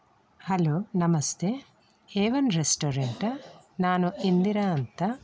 hello ನಮಸ್ತೆ heaven ರೆಸ್ಟೋರೆಂಟಾ ನಾನು ಇಂದಿರಾ ಅಂತ